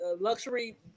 luxury